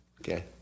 Okay